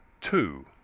two